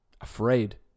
Afraid